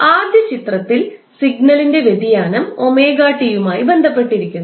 ആദ്യ ചിത്രത്തിൽ സിഗ്നലിന്റെ വ്യതിയാനം 𝜔𝑡 യുമായി ബന്ധപ്പെട്ടിരിക്കുന്നു